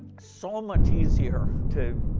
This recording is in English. so much easier to